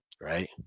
Right